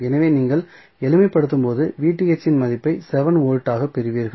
எனவே நீங்கள் எளிமைப்படுத்தும் போது இன் மதிப்பை 7 வோல்ட்டாகப் பெறுவீர்கள்